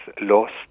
lost